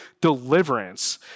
deliverance